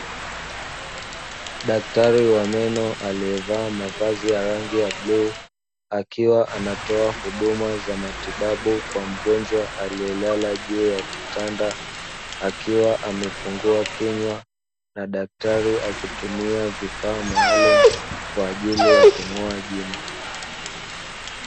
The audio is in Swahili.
Daktari wa meno alievaa mavazi ya rangi ya bluu akiwa anatoa huduma za matibabu kwa mgonjwa aliyelala juu ya kitanda, akiwa amefungua kinywa na daktari akitumia vifaa maalumu kwa ajili ya kung'oa jino.